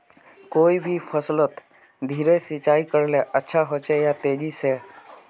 कोई भी फसलोत धीरे सिंचाई करले अच्छा होचे या तेजी से?